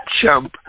Chump